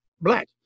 black